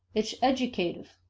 it is educative.